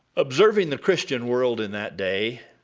observing the christian world in that day,